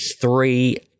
three